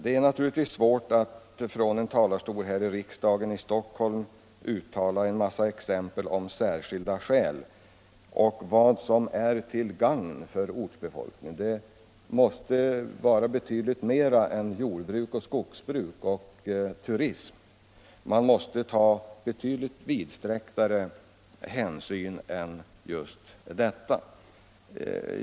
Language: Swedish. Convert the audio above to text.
Det är naturligtvis svårt att från en talarstol här i riksdagen i Stockholm uttala sig om och ge exempel på ”särskilda skäl” och vad som är ”till gagn för ortsbefolkningen”. Det måste vara betydligt mera än jordbruk och skogsbruk och turism — man måste som jag ser det ta betydligt vidsträcktare hänsyn än till just dessa områden.